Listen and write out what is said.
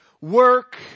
work